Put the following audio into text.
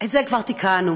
את זה כבר תיקנו,